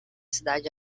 cidade